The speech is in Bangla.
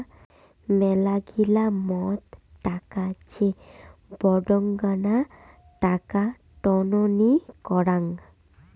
মেলাগিলা মত টাকা যে বডঙ্না টাকা টননি করাং